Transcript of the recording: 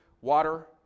water